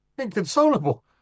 Inconsolable